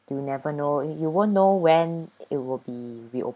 you never know you you won't know when it will be reopen